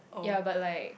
ya but like